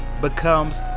becomes